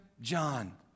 John